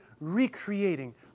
recreating